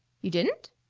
you didn't?